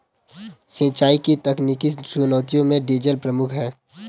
सिंचाई की तकनीकी चुनौतियों में डीजल प्रमुख है